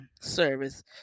service